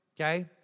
okay